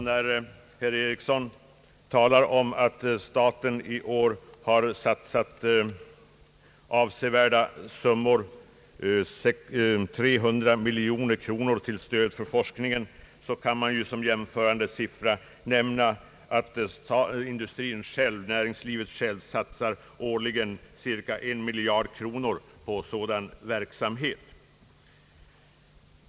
När herr Ericsson talar om att staten i år har satsat 300 miljoner kronor på stöd för forskningen, kan man jämföra med att näringslivet självt årligen satsar cirka en miljard kronor på sådan verksamhet.